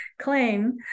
claim